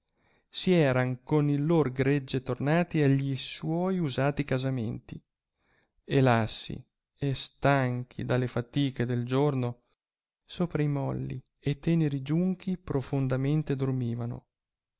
si erano con il lor gregge tornati agli suoi usati casamenti e lassi e stanchi dalle fatiche del giorno sopra i molli e teneri giunchi profondamente dormivano